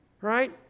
right